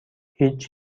هیچ